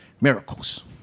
miracles